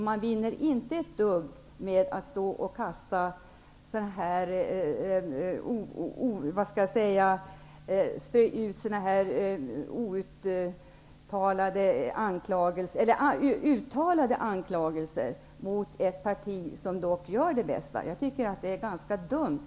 Man vinner inte ett dugg på att strö ut uttalade anklagelser mot ett parti som gör sitt bästa. Det är ganska dumt.